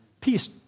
Peace